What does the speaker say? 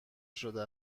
شده